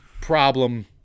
problem